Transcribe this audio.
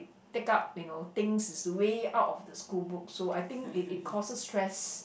pick up you know things way out of the school books so I think it it causes stress